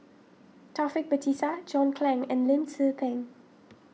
Taufik Batisah John Clang and Lim Tze Peng